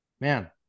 man